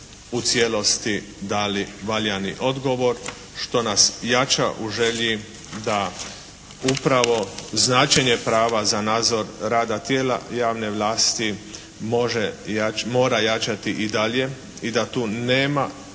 u cijelosti dali valjani odgovor što nas jača u želji da upravo značenje prava za nadzor rada tijela javne vlasti mora jačati i dalje i da tu nema nikakvih